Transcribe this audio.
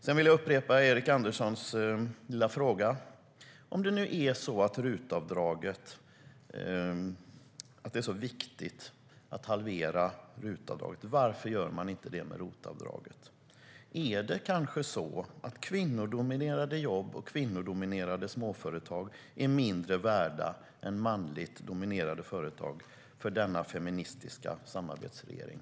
Sedan vill jag upprepa Erik Anderssons lilla fråga. Om det nu är så viktigt att halvera RUT-avdraget undrar jag: Varför gör man inte det med ROT-avdraget? Är det kanske så att kvinnodominerade jobb och kvinnodominerade småföretag är mindre värda än manligt dominerade företag för denna feministiska samarbetsregering?